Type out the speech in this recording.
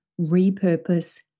Repurpose